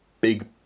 big